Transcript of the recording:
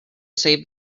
save